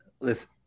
Listen